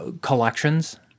Collections